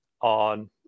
On